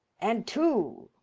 and two.